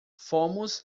fomos